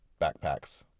backpacks